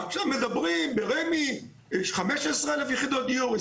עכשיו מדברים ב-רמ"י יש 15,000 יחידות דיור,